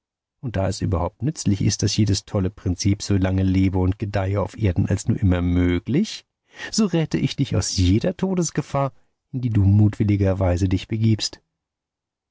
und da es überhaupt nützlich ist daß jedes tolle prinzip so lange lebe und gedeihe auf erden als nur immer möglich so rette ich dich aus jeder todesgefahr in die du mutwilligerweise dich begibst